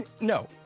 No